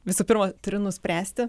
visų pirma turiu nuspręsti